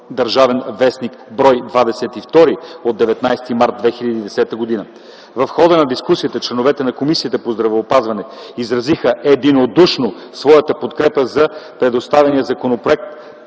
„Държавен вестник”, брой 22 от 19 март 2010 г. В хода на дискусията членовете на Комисията по здравеопазването изразиха единодушно своята подкрепа за представения законопроект